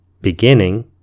beginning